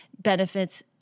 benefits